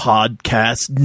Podcast